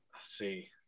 see